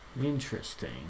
Interesting